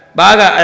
baga